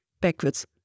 backwards